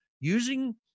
using